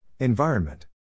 Environment